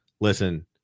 listen